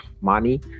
money